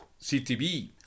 CTV